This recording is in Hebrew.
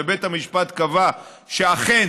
ובית המשפט קבע שאכן